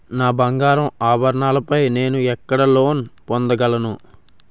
నా బంగారు ఆభరణాలపై నేను ఎక్కడ లోన్ పొందగలను?